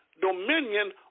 dominion